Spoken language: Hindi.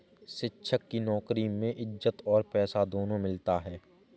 शिक्षक की नौकरी में इज्जत और पैसा दोनों मिलता है